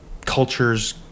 cultures